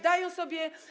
Dają sobie.